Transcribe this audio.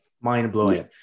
mind-blowing